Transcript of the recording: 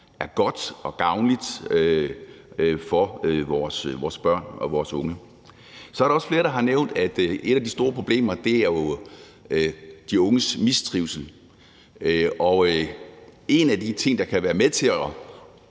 er godt og gavnligt for vores børn og vores unge. Så er der også flere, der har nævnt, at et af de store problemer er de unges mistrivsel. En af de ting, der kan være med til